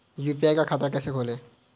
UPI का खाता कैसे खोलें?